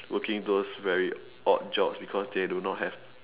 working towards very odd jobs because they do not have